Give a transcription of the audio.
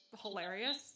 hilarious